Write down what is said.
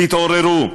תתעוררו.